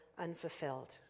unfulfilled